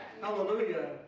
Hallelujah